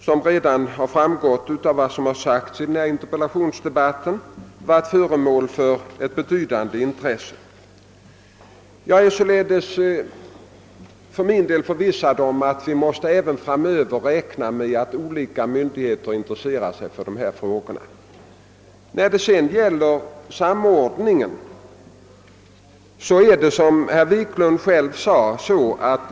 Som redan framgått under denna interpellationsdebatt har flygbullret varit föremål för ett betydande intresse. För min del är jag således förvissad om att vi även framöver måste räkna med att olika myndigheter intresserar sig för dessa frågor. När det sedan gäller samordningen förhåller det sig så som herr Wiklund sade.